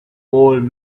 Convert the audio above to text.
old